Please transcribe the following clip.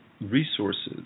resources